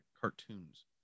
cartoons